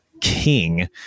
king